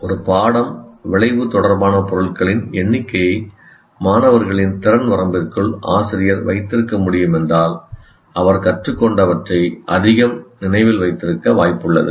ஒரு பாடம் விளைவு தொடர்பான பொருட்களின் எண்ணிக்கையை மாணவர்களின் திறன் வரம்பிற்குள் ஆசிரியர் வைத்திருக்க முடியும் என்றால் அவர்கள் கற்றுக்கொண்டவற்றை அதிகம் நினைவில் வைத்திருக்க வாய்ப்புள்ளது